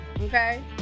okay